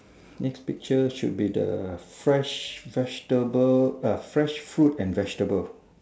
next picture should be the fresh vegetable fresh fruit and vegetable